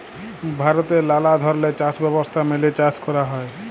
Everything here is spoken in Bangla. ভারতে লালা ধরলের চাষ ব্যবস্থা মেলে চাষ ক্যরা হ্যয়